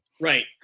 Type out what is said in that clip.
Right